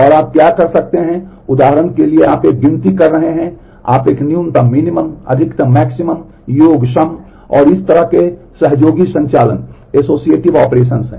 और आप क्या कर सकते हैं उदाहरण के लिए आप एक गिनती कर रहे हैं या आप एक न्यूनतम हैं